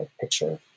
picture